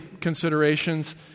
considerations